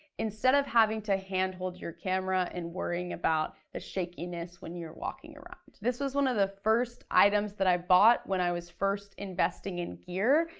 instead of having to hand-hold your camera, and worrying about the shakiness when you're walking around. this was one of the first items that i bought when i was first investing in gear,